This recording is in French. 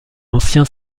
ancien